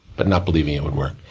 but not believing it would work.